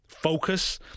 focus